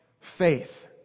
faith